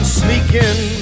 sneaking